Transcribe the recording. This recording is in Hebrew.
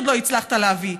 עוד לא הצלחת להביא.